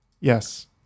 Yes